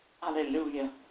Hallelujah